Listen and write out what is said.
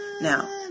Now